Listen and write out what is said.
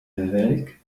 ذلك